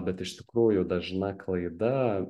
bet iš tikrųjų dažna klaida